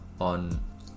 on